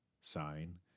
sign